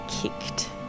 kicked